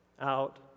out